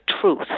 truth